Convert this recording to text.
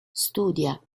studia